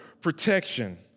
protection